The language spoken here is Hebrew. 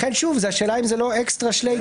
לכן השאלה אם זאת לא אקסטרה שלייקעס.